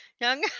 Young